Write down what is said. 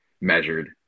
measured